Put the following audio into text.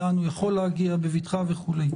לאן הוא יכול להגיע בבטחה וכולי.